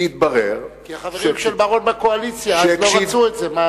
כי החברים של בר-און בקואליציה אז לא רצו את זה.